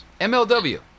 MLW